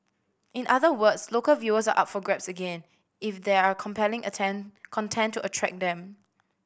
in other words local viewers are for grabs again if there are compelling attend content to attract them